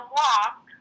walk